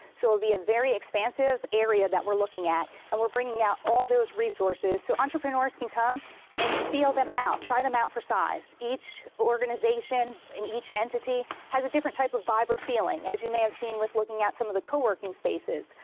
so it will be very expansive area that we're looking at. and we're bringing out all those resources so entrepreneurs can come and feel them out, try them out for size. each organization and each entity has a different type of vibe or feeling, as you may have seen with looking at some of the co-working spaces.